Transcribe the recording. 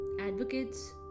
Advocates